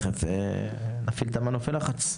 תכף נפעיל את מנופי הלחץ.